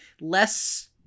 less